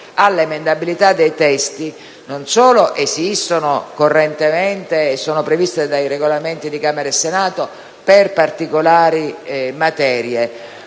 all'emendabilità dei testi esistono coerentemente e sono previste dai Regolamenti di Camera e Senato per particolari materie.